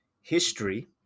history